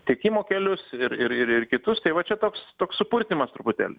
tiekimo kelius ir ir ir kitus tai va čia toks toks supurtymas truputėlį